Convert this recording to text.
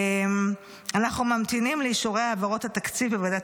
אנחנו ממתינים לאישורי העברות התקציב בוועדת